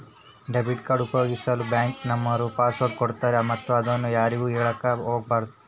debit card ಉಪಯೋಗಿಸಲು bank ನವರು password ಕೊಡ್ತಾರೆ ಮತ್ತು ಅದನ್ನು ಯಾರಿಗೂ ಹೇಳಕ ಒಗಬಾರದು